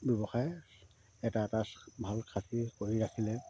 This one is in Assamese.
ব্য়ৱসায় এটা এটা ভাল খাচী কৰি ৰাখিলে